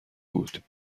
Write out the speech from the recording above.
بود